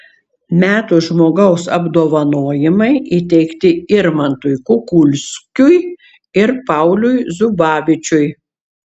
metų žmogaus apdovanojimai įteikti irmantui kukulskiui ir pauliui zubavičiui